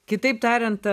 kitaip tariant